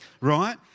right